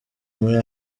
muri